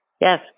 yes